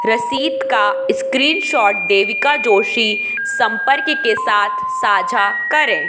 रसीद का स्क्रीनशॉट देविका जोशी सम्पर्क के साथ साझा करें